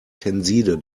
tenside